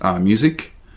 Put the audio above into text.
music